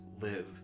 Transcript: live